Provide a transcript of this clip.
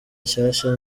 nshyashya